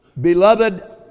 Beloved